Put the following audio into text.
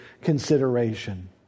consideration